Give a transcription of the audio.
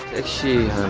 achieve